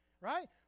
right